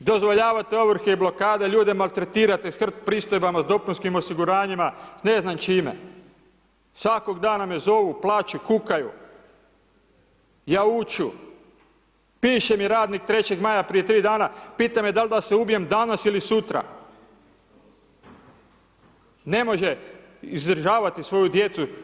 Dozvoljavate ovrhe i blokade, ljude maltretirate s HRT pristojbama, s dopunskim osiguranjima, s ne znam čime, svakog dana me zovu, plaču, kukaju, jauču Piše mi radnik „3. maja“ prije tri dana, pita me: „Da li da se ubijem danas ili sutra?“ Ne može izdržavati svoju djecu.